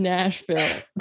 Nashville